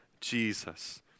Jesus